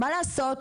מה לעשות,